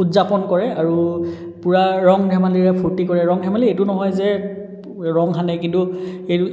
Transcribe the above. উদযাপন কৰে আৰু পূৰা ৰং ধেমালিৰে ফূৰ্তি কৰে ৰং ধেমালি এইটো নহয় যে ৰং সানে কিন্তু